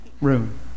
room